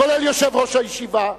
כולל יושב-ראש הישיבה,